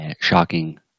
shocking